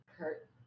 Kurt